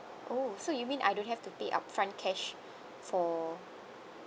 oh so you mean I don't have to pay upfront cash for